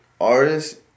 artist